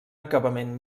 acabament